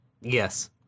Yes